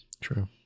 True